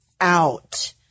out